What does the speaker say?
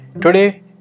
Today